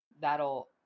that'll